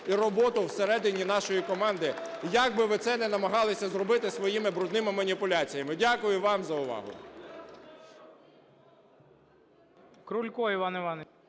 і роботу всередині нашої команди, як би ви це не намагалися зробити своїми брудними маніпуляціями. Дякую вам за увагу.